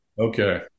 Okay